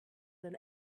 than